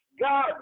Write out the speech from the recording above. God